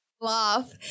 Laugh